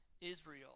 Israel